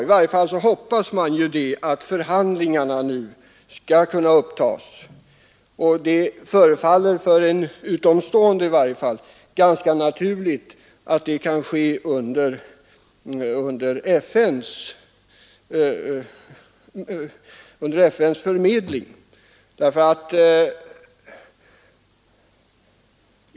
I alla fall hoppas jag att förhandlingar nu skall kunna upptas, och för en utomstående förefaller det ganska naturligt att det kan ske genom FNs förmedling.